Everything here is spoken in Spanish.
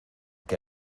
que